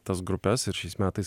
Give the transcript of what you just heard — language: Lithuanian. tas grupes ir šiais metais